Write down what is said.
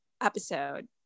episode